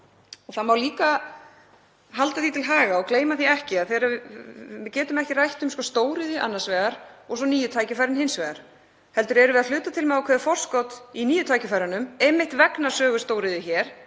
Það má líka halda því til haga og gleyma því ekki að við getum ekki rætt um stóriðju annars vegar og svo nýju tækifærin hins vegar heldur erum við að hluta til með ákveðið forskot í nýju tækifærunum einmitt vegna sögu stóriðju hér,